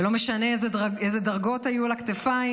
ולא משנה איזה דרגות היו על הכתפיים,